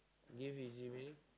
give easy meh